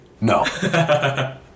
No